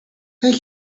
thank